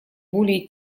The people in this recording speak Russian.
более